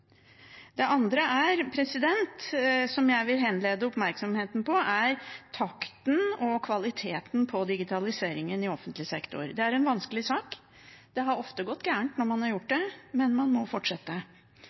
er trygge. Det andre som jeg vil henlede oppmerksomheten på, er takten og kvaliteten på digitaliseringen i offentlig sektor. Det er en vanskelig sak. Det har ofte gått galt når man har gjort